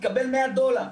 קבל 100 דולר.